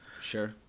Sure